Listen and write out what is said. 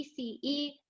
PCE